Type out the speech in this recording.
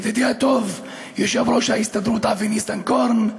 ידידי הטוב יושב-ראש ההסתדרות אבי ניסנקורן,